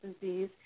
Disease